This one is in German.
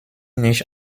nicht